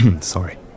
sorry